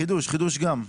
חידוש, חידוש גם.